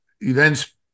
events